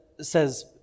says